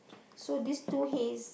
so this two hays